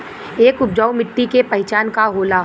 एक उपजाऊ मिट्टी के पहचान का होला?